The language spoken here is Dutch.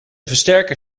versterker